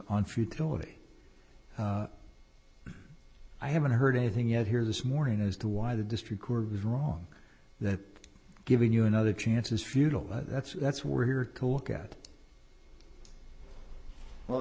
on futility i haven't heard anything yet here this morning as to why the district court was wrong that giving you another chance is futile but that's that's we're here cork out well